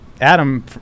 Adam